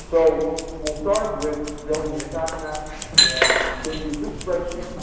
so will start with building an impact map and i'm going to use this spreadsheet.